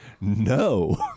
no